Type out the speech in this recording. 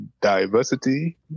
diversity